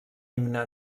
himne